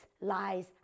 lies